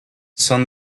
son